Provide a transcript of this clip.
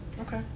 okay